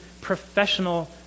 professional